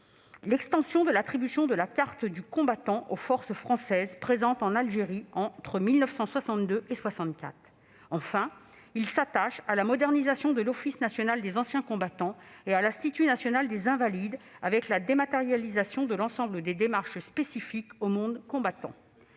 l'extension de l'attribution de la carte du combattant aux forces françaises présentes en Algérie entre 1962 et 1964, dite carte « 62-64 ». Enfin, il s'attache à la modernisation de l'Office national des anciens combattants et victimes de guerre (ONAC-VG) et de l'Institution nationale des Invalides, avec la dématérialisation de l'ensemble des démarches spécifiques au monde combattant.